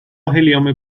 هلیوم